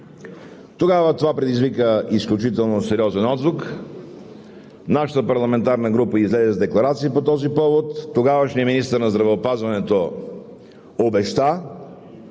Тогава това предизвика изключително сериозен отзвук. Нашата парламентарна група излезе с декларация по този повод. Тогавашният министър на здравеопазването обеща